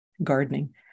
gardening